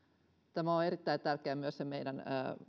tämä on on erittäin tärkeää myös sen meidän